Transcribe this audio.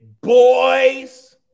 boys